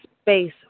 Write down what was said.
space